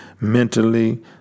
mentally